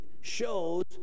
shows